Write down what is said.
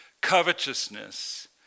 covetousness